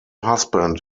husband